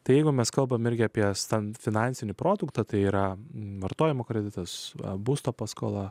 tai jeigu mes kalbame irgi apie stambų finansinį produktą tai yra vartojimo kreditas būsto paskola